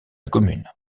commune